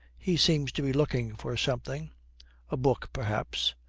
he seems to be looking for something a book, perhaps.